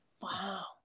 Wow